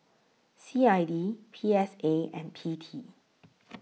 C I D P S A and P T